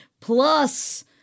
plus